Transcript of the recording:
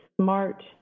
smart